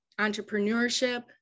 entrepreneurship